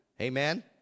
Amen